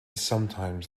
sometimes